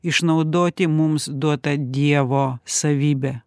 išnaudoti mums duotą dievo savybę